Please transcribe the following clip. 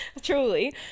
truly